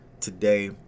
today